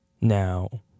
Now